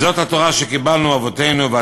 וזאת התורה שקיבלנו מאבותינו.